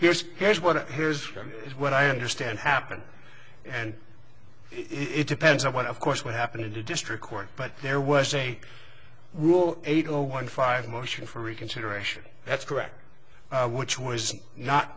here's here's what here's what i understand happened and it depends on what of course what happened in the district court but there was a rule eight zero one five motion for reconsideration that's correct which was not